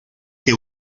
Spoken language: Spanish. que